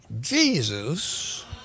Jesus